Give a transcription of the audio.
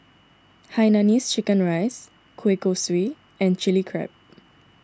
Hainanese Chicken Rice Kueh Kosui and Chili Crab